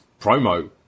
promo